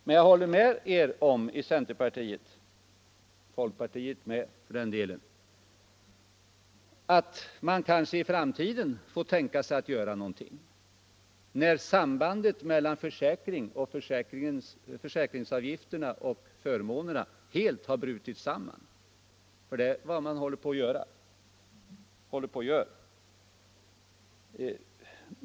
Men jag håller med er i centerpartiet och folkpartiet om att man kanske får tänka sig att göra någonting i framtiden, när sambandet mellan försäkringsavgifterna och förmånerna helt har brutit samman. Det är nämligen vad som håller på att ske.